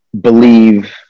believe